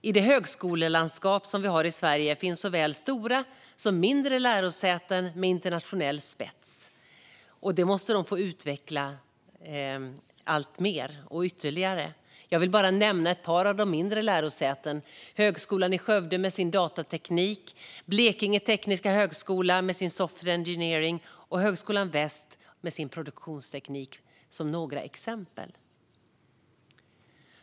I det högskolelandskap som vi har i Sverige finns såväl större som mindre lärosäten med internationell spets. Det måste de få utveckla ytterligare. Jag vill nämna några exempel på de mindre lärosätena: Högskolan i Skövde med sin datateknik, Blekinge Tekniska Högskola med sin soft engineering och Högskolan Väst med sin produktionsteknik.